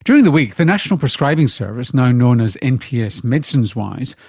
during the week, the national prescribing service, now known as nps medicinewise,